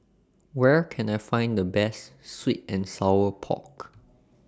Where Can I Find The Best Sweet and Sour Pork